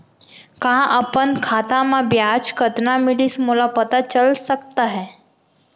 का अपन खाता म ब्याज कतना मिलिस मोला पता चल सकता है?